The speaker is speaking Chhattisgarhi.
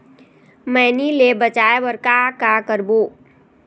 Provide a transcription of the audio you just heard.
मैनी ले बचाए बर का का करबो?